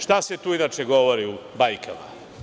Šta se tu inače govori u bajkama?